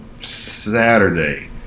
Saturday